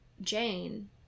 Jane